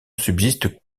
subsiste